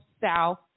south